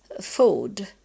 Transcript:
food